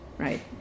right